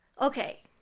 Okay